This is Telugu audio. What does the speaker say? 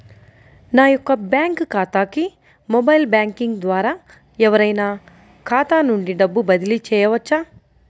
నా యొక్క బ్యాంక్ ఖాతాకి మొబైల్ బ్యాంకింగ్ ద్వారా ఎవరైనా ఖాతా నుండి డబ్బు బదిలీ చేయవచ్చా?